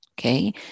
Okay